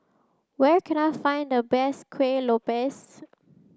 where can I find the best Kuih Lopes